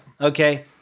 Okay